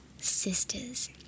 sisters